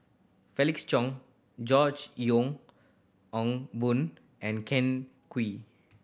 Felix Cheong George Yeo Yong Boon and Ken Kwek